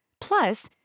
Plus